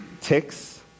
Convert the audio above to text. ticks